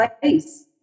place